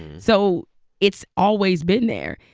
so it's always been there.